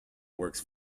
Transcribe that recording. works